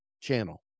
channel